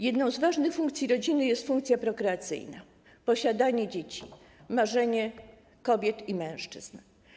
Jedną z ważnych funkcji rodziny jest funkcja prokreacyjna, posiadanie dzieci, marzenie kobiet i mężczyzn.